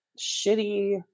shitty